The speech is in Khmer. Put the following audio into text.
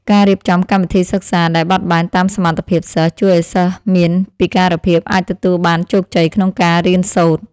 ការរៀបចំកម្មវិធីសិក្សាដែលបត់បែនតាមសមត្ថភាពសិស្សជួយឱ្យសិស្សមានពិការភាពអាចទទួលបានជោគជ័យក្នុងការរៀនសូត្រ។